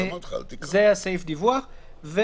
סעיף דיווח.